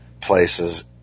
places